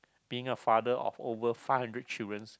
being a father of over five hundred childrens